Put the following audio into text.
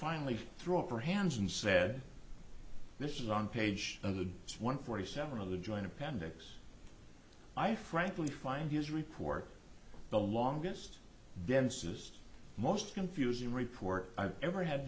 finally threw up her hands and said this is on page of the one forty seven of the joint appendix i frankly find his report the longest densest most confusing report i've ever had